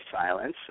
silence